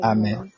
Amen